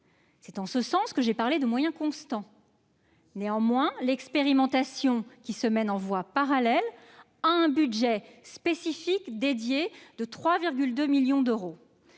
C'est en ce sens que j'ai parlé de moyens constants. Néanmoins, l'expérimentation menée en parallèle bénéficie d'un budget spécifique, de 3,2 millions d'euros.